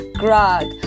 grog